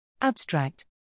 Abstract